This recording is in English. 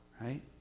Right